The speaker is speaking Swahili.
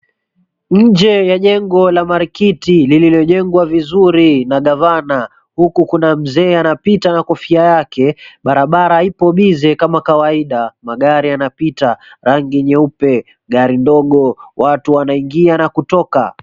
Nje ya jengo la Marikiti lililojengwa vizuri na Gavana huku kuna mzee anapita na kofia yake, barabara ipo busy kama kawaida. Magari yanapita ya rangi nyeupe, gari ndogo, watu wanaingia na kutoka.